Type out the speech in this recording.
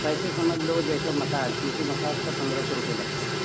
पैसे समझ लो जैसा मसाज टीशु मसाज का पंद्रह सौ रुपये लगता है